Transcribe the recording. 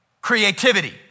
creativity